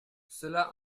cela